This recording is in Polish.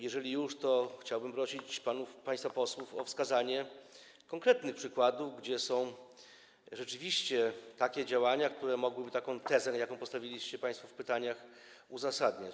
Jeżeli już, to chciałbym prosić państwa posłów o wskazanie konkretnych przykładów, że są rzeczywiście takie działania, które mogłyby taką tezę, jaką postawiliście państwo w pytaniach, uzasadniać.